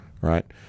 right